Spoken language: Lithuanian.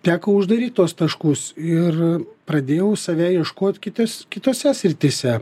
teko uždaryt tuos taškus ir pradėjau save ieškot kites kitose srityse